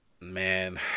Man